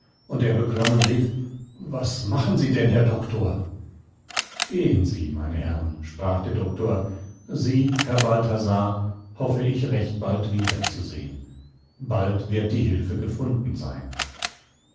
und er beklommen rief was machen sie denn herr doktor gehen sie meine herrn sprach der doktor sie herr balthasar hoffe ich recht bald wiederzusehen bald wird die hilfe gefunden sein